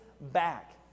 back